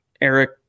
Eric